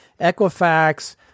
Equifax